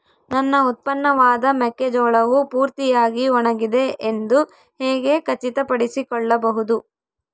ನನ್ನ ಉತ್ಪನ್ನವಾದ ಮೆಕ್ಕೆಜೋಳವು ಪೂರ್ತಿಯಾಗಿ ಒಣಗಿದೆ ಎಂದು ಹೇಗೆ ಖಚಿತಪಡಿಸಿಕೊಳ್ಳಬಹುದು?